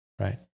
right